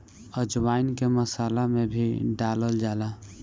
अजवाईन के मसाला में भी डालल जाला